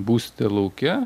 būsite lauke